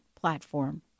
platform